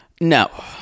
No